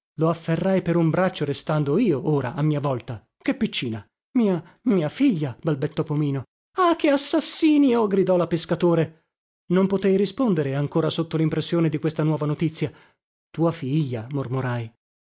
lo afferrai per un braccio restando io ora a mia volta che piccina mia mia figlia balbettò pomino ah che assassinio gridò la pescatore non potei rispondere ancora sotto limpressione di questa nuova notizia tua figlia mormorai